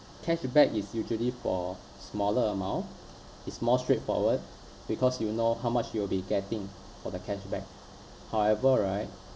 cashback is usually for smaller amount it's more straightforward because you know how much you'll be getting for the cashback however right